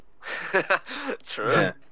True